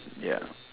ya